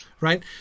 right